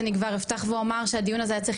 אני כבר אפתח ואומר שהדיון הזה היה צריך